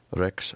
rex